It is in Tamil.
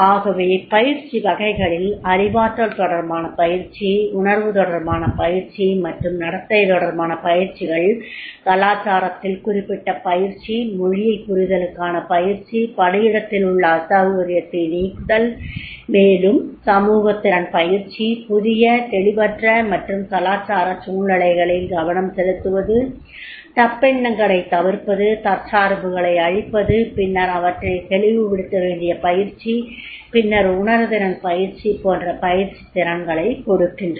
ஆகவே பயிற்சி வகைகளில் அறிவாற்றல் தொடர்பான பயிற்சி உணர்வு தொடர்பான பயிற்சி மற்றும் நடத்தை தொடர்பான பயிற்சிகள் கலாச்சாரத்தில் குறிப்பிட்ட பயிற்சி மொழியைப் புரிதலுக்கான பயிற்சிபணியிடத்தில் உள்ள அசௌகரியத்தை நீக்குதல் மேலும் சமூகத் திறன் பயிற்சி புதிய தெளிவற்ற மற்றும் கலாச்சார சூழ்நிலைகளில் கவனம் செலுத்துவது தப்பெண்ணங்களைத் தவிர்ப்பது தற்சார்புகளை அழித்தல் பின்னர் அவற்றைத் தெளிவுபடுத்த வேண்டிய பயிற்சி பின்னர் உணர்திறன் பயிற்சி போன்ற பயிற்சித் திறன்களைக் கொடுக்கின்றன